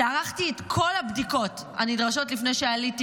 שערכתי את כל הבדיקות הנדרשות לפני שעליתי